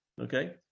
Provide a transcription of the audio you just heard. Okay